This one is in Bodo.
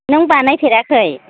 नों बानायफेराखै